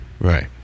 Right